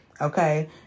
Okay